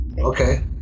Okay